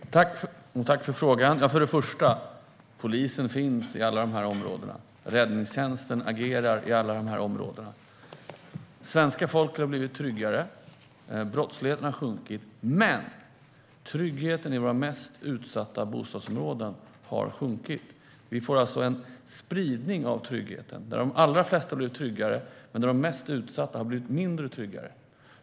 Herr talman! Jag vill tacka för frågan. Till att börja med finns polisen i alla de områdena. Räddningstjänsten agerar i alla de områdena. Svenska folket har blivit tryggare. Brottsligheten har minskat. Men tryggheten i våra mest utsatta bostadsområden har också minskat. Vi får alltså en spridning av tryggheten. De allra flesta har blivit tryggare, men de mest utsatta har blivit mindre trygga.